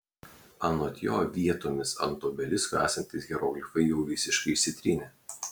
anot jo vietomis ant obelisko esantys hieroglifai jau visiškai išsitrynė